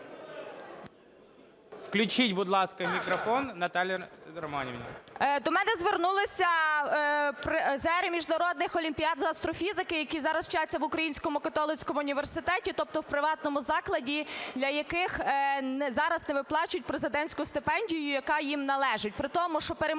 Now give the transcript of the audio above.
Включіть, будь ласка, мікрофон Наталії Романівні. 10:59:56 ПІПА Н.Р. До мене звернулися призери міжнародних олімпіад з астрофізики, які зараз вчаться в Українському католицькому університеті, тобто в приватному закладі, для яких зараз не виплачують президентську стипендію, яка їм належить,